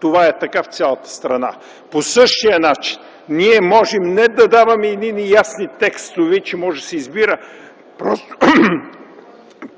Това е така в цялата страна. По същия начин ние може не да даваме едни неясни текстове, че може да се избира, просто